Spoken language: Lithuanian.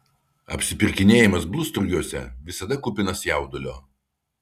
apsipirkinėjimas blusturgiuose visada kupinas jaudulio